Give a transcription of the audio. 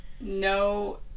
no